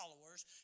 followers